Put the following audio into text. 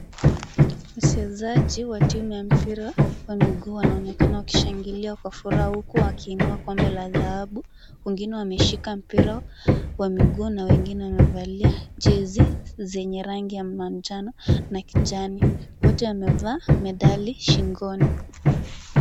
Wachezaji wa timu ya mpira wa miguu wanaonekana wakishangilia kwa furaha huku wakiinua kombe la dhahabu. Wengine wameshika mpira wa miguu na wengine wamevalia jezi zenye rangi ya manjano na kijani. Wote wamevaa medali shingoni.